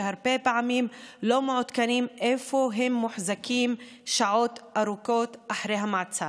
כי הרבה פעמים הם לא מעודכנים איפה הם מוחזקים שעות ארוכות אחרי המעצר.